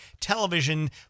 television